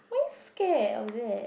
why scared of it